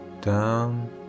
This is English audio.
down